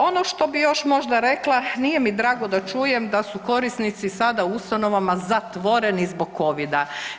Ono što bi još možda rekla, nije mi drago da čujem da su korisnici sada u ustanovama zatvoreni zbog covida.